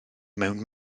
mewn